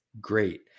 great